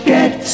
Get